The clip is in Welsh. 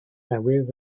newydd